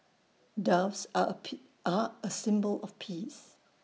doves are are A symbol of peace